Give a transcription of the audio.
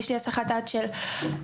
יש לי הסחת דעת של השיעור,